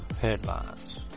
Headlines